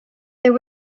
there